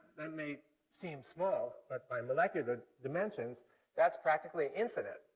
may seem small, but by molecular dimensions that's practically infinite.